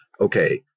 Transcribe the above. okay